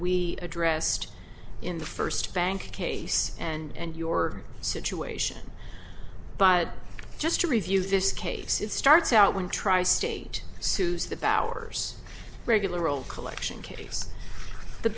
we addressed in the first bank case and your situation but just to review this case it starts out when tri state sues the bauers regular old collection case the